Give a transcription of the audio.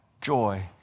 joy